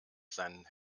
sein